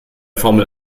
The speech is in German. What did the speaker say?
formel